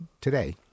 today